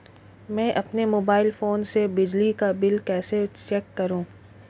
मैं अपने mobile phone से बिजली का बिल कैसे चेक करूं?